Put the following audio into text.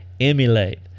emulate